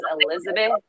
Elizabeth